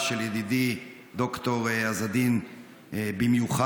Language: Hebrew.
ושל ידידי ד"ר עז א-דין במיוחד.